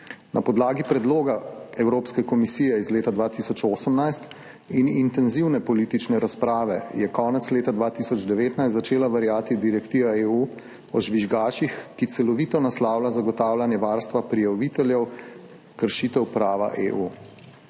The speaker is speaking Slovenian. Na podlagi predloga Evropske komisije iz leta 2018 in intenzivne politične razprave je konec leta 2019 začela veljati direktiva EU o žvižgačih, ki celovito naslavlja zagotavljanje varstva prijaviteljev kršitev prava EU.